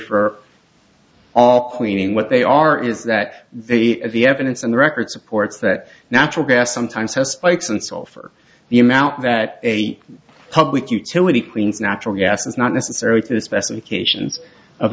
for all queening what they are is that the the evidence and the record supports that natural gas sometimes has bikes and sulfur the amount that a public utility cleans natural gas is not necessary for the specifications of